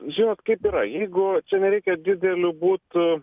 žinot kaip yra jeigu čia nereikia dideliu būt